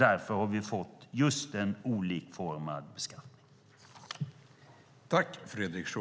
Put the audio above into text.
Därför har vi fått just en olikformad beskattning.